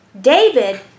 David